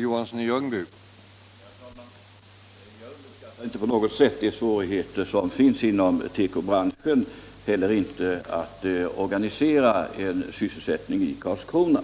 Herr talman! Jag underskattar inte på något sätt svårigheterna inom tekobranschen, och inte heller svårigheterna att organisera en sysselsättning i Karlskrona.